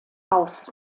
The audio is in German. aus